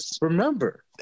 Remember